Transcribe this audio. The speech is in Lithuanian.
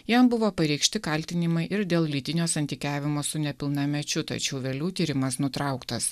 jam buvo pareikšti kaltinimai ir dėl lytinio santykiavimo su nepilnamečiu tačiau vėliau tyrimas nutrauktas